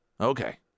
Okay